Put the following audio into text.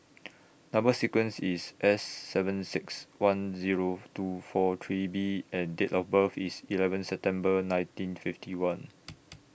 Number sequence IS S seven six one Zero two four three B and Date of birth IS eleven September nineteen fifty one